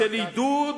של עידוד